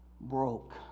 broke